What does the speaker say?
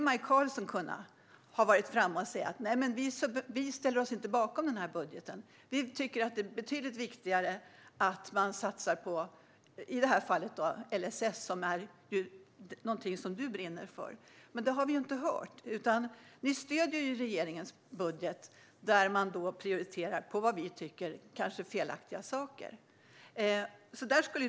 Maj Karlsson hade kunnat säga: Nej, vi ställer oss inte bakom den här budgeten, för vi tycker att det är betydligt viktigare att man satsar på LSS. Det är ju någonting som du brinner för. Men det har vi inte hört, utan ni stöder regeringens budget där man prioriterar, vad vi tycker, felaktiga saker.